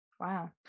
Wow